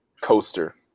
coaster